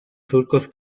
surcos